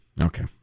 okay